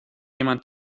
jemand